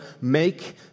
make